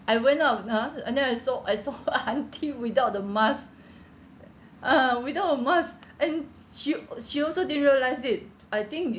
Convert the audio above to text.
I went out ha and then I saw I saw aunty without the mask (uh huh) without a mask and she al~ she also didn't realise it I think